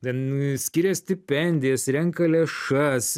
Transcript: ten skiria stipendijas renka lėšas